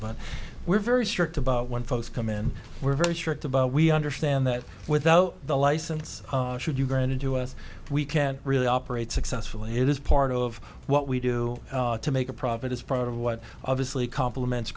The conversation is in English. but we're very strict about when folks come in we're very strict about we understand that without the license should you granted us we can't really operate successfully it is part of what we do to make a profit is part of what obviously compliments